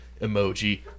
emoji